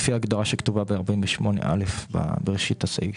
לפי ההגדרה שכתובה ב-48(א), בראשית הסעיף.